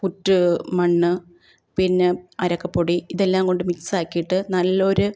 പുറ്റു മണ്ണ് പിന്നെ അരക്കപ്പൊടി ഇതെല്ലാം കൊണ്ട് മിക്സാക്കിയിട്ട് നല്ലൊരു